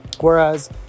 Whereas